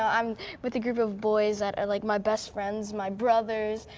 i'm with a group of boys that are like my best friends, my brothers,